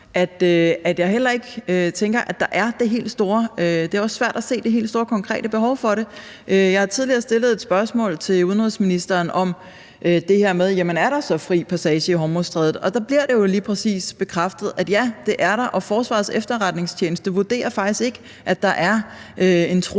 at jeg tænker, at det er svært at se det helt store konkrete behov for det. Jeg har tidligere stillet et spørgsmål til udenrigsministeren om det her med, om der så er fri passage i Hormuzstrædet. Og der bliver det jo lige præcis bekræftet, at ja, det er der, og Forsvarets Efterretningstjeneste vurderer faktisk ikke, at der er en